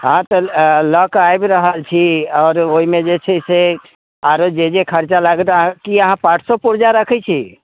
हँ तऽ लऽ कऽ आबि रहल छी आओर ओहिमे जे छै से आओर जे जे खर्चा लगतै कि अहाँ पार्ट्सो पुरजा राखै छी